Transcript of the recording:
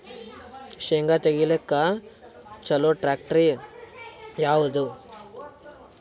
ಶೇಂಗಾ ತೆಗಿಲಿಕ್ಕ ಚಲೋ ಟ್ಯಾಕ್ಟರಿ ಯಾವಾದು?